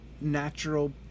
natural